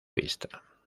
vista